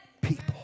people